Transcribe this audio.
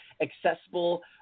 accessible